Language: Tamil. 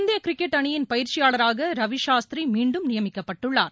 இந்திய கிரிக்கெட் அணியின் பயிற்சியாளராக ரவிசாஸ்திரி மீண்டும் நியமிக்கப்பட்டுள்ளார்